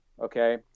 Okay